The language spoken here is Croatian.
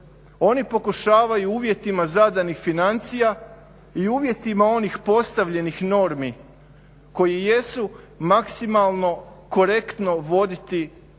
Oni pokušavaju uvjetima zadanih financija i uvjetima onih postavljenih normi koje jesu maksimalno korektno voditi taj